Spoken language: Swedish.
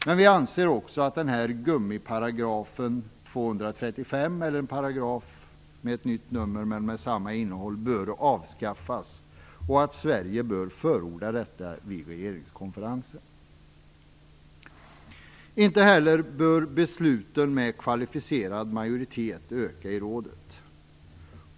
Men vi anser också att denna gummiparagraf, 235, eller en paragraf med ett nytt nummer men med samma innehåll, bör avskaffas, och att Sverige bör förorda detta vid regeringskonferensen. Inte heller bör antalet beslut fattade med kvalificerad majoritet öka i rådet.